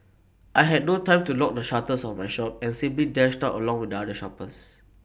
I had no time to lock the shutters of my shop and simply dashed out along with other shoppers